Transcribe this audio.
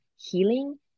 healing